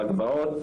בגבעות,